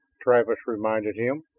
travis reminded him.